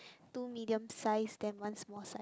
two medium size then one small size